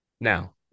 Now